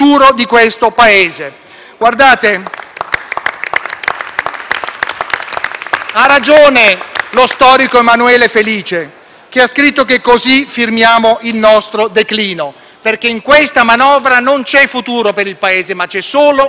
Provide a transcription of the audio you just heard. Ha ragione lo storico Emanuele Felice che ha scritto che così firmiamo il nostro declino, perché in questa manovra non c'è futuro per il Paese ma c'è solo il declino, la decrescita, tutto tranne che la decrescita felice.